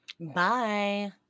Bye